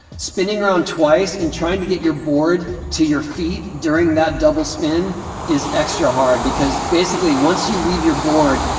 spinning around twice and trying to get your board to your feet during that double spin is extra hard because, basically, once you leave your board,